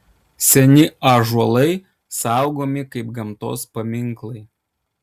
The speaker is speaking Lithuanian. seni ąžuolai saugomi kaip gamtos paminklai